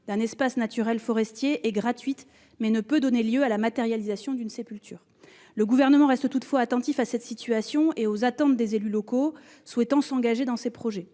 d'un espace naturel forestier, est gratuite, mais ne peut donner lieu à la matérialisation d'une sépulture. Le Gouvernement reste toutefois attentif à cette situation et aux attentes des élus locaux souhaitant s'engager dans ces projets.